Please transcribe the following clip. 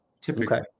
Typically